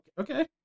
okay